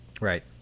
Right